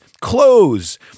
clothes